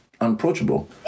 unapproachable